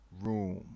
room